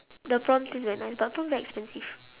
the prawn taste very nice but prawn very expensive